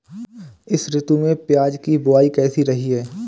इस ऋतु में प्याज की बुआई कैसी रही है?